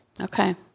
Okay